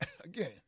Again